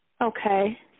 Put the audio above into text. Okay